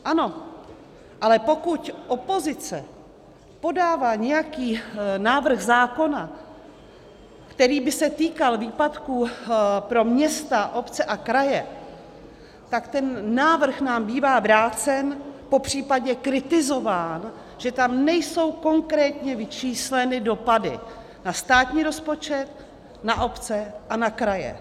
Ano, ale pokud opozice podává nějaký návrh zákona, který by se týkal výpadků pro města, obce a kraje, tak ten návrh nám bývá vrácen, popřípadě kritizován, že tam nejsou konkrétně vyčísleny dopady na státní rozpočet, na obce a na kraje.